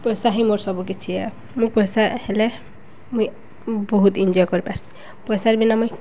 ପଏସା ହିଁ ମୋର୍ ସବୁ କିଛି ଏ ମୁଇଁ ପଏସା ହେଲେ ମୁଇଁ ବହୁତ୍ ଏନ୍ଜଏ କରିପାର୍ସି ପଏସାର୍ ବିନା ମୁଇଁ